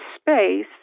space